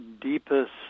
deepest